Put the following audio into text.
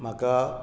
म्हाका